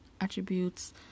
attributes